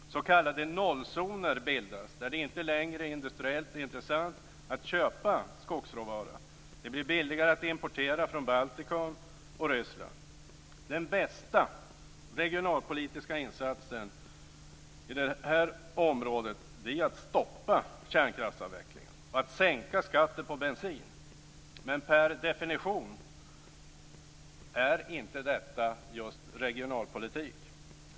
S.k. nollzoner bildas, där det inte längre är industriellt intressant att köpa skogsråvara. Det blir billigare att importera från Baltikum och Ryssland. Den bästa regionalpolitiska insatsen i det här området är att stoppa kärnkraftsavvecklingen och att sänka skatten på bensin, men per definition är inte detta just regionalpolitik.